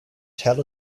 tell